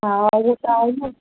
हा उहो त आहे न